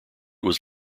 was